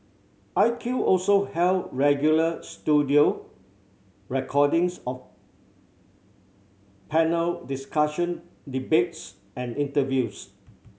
I Q also held regular studio recordings of panel discussion debates and interviews